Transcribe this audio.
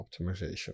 optimization